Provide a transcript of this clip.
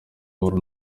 runo